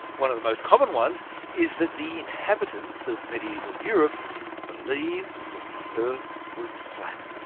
one of the most common ones is that the inhabitants of medieval europe believed that the earth was flat.